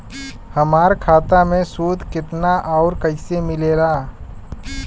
हमार खाता मे सूद केतना आउर कैसे मिलेला?